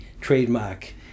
trademark